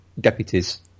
deputies